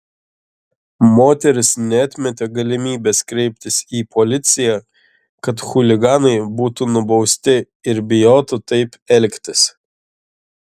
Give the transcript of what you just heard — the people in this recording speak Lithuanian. moteris neatmetė galimybės kreiptis į policiją kad chuliganai būtų nubausti ir bijotų taip elgtis